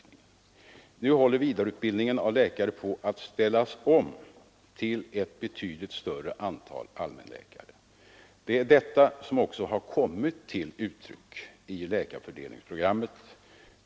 Nu håller emellertid vidareutbildningen av läkare på att ställas om till ett betydligt större antal allmänläkare. Det är detta som också har kommit till uttryck i läkarfördelningsprogrammet.